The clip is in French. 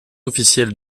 officielle